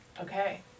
Okay